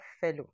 fellow